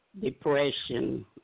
Depression